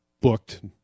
booked